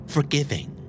Forgiving